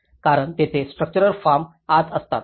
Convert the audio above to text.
कारण तेथेच structural form आत असतात